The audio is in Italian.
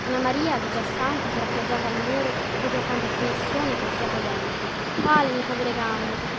anna maria digià stanca sera appoggiata al muro proprio accanto al finestrone col fiato ai denti ah le mie povere gambe